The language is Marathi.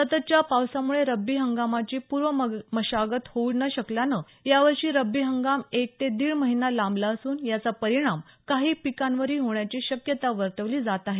सततच्या पावसामुळे रब्बी हंगामाची पूर्वमशागत होऊ न शकल्यानं यावर्षी रब्बी हंगाम एक ते दीड महिना लांबला असून याचा परिणाम काही पिकांवरही होण्याची शक्यता वर्तवली जात आहे